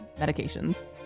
medications